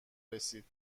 رسید